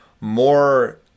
more